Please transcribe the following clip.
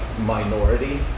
minority